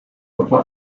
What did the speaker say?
upper